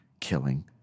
killing